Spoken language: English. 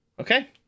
Okay